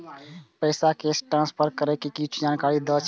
पैसा cash transfer करऐ कि कुछ जानकारी द दिअ